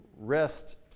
rest